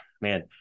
man